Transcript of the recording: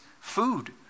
food